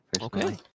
Okay